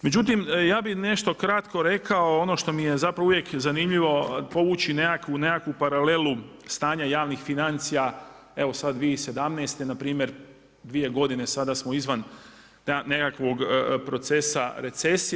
Međutim, ja bih nešto kratko rekao ono što mi je zapravo uvijek zanimljivo povući nekakvu paralelu stanja javnih financija evo sad 2017. npr. 2 godine sada smo izvan nekakvog procesa recesije.